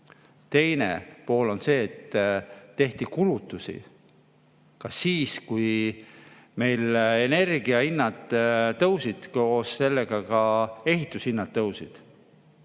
Teine pool on see, et tehti kulutusi ka siis, kui meil energiahinnad tõusid ja koos sellega ka ehitushinnad tõusid.